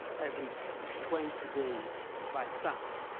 every twenty days, you buy something.